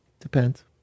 depends